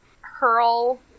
hurl